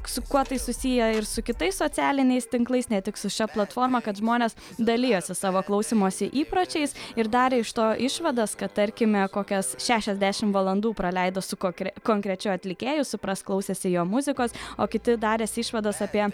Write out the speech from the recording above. su kuo tai susiję ir su kitais socialiniais tinklais ne tik su šia platforma kad žmonės dalijosi savo klausymosi įpročiais ir darė iš to išvadas kad tarkime kokias šešiasdešimt valandų praleido su kokre konkrečiu atlikėju suprask klausėsi jo muzikos o kiti darėsi išvadas apie